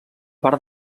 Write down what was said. part